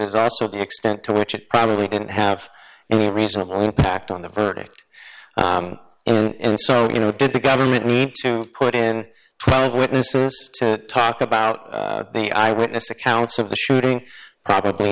is also the extent to which it probably didn't have any reasonable impact on the verdict and so you know did the government need to put in witnesses to talk about the eyewitness accounts of the shooting probably